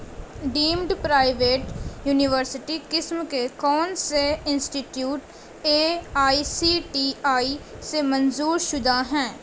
deemed private university قسم کے کون سے institute A I C T I سے منظور شدہ ہیں